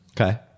Okay